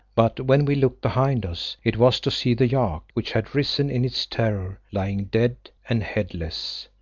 but when we looked behind us it was to see the yak, which had risen in its terror, lying dead and headless.